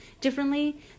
differently